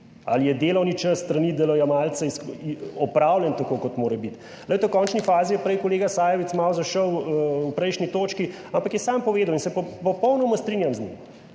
Ali je delovni čas s strani delojemalca opravljen tako kot mora biti? Glejte, v končni fazi je prej kolega Sajovic malo zašel v prejšnji točki, ampak je sam povedal in se popolnoma strinjam z njim,